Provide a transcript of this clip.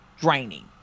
draining